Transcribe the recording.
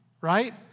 right